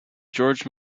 george